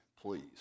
please